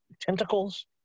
tentacles